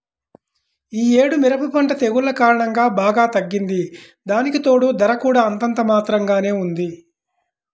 యీ యేడు మిరప పంట తెగుల్ల కారణంగా బాగా తగ్గింది, దానికితోడూ ధర కూడా అంతంత మాత్రంగానే ఉంది